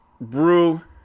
brew